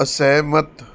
ਅਸਹਿਮਤ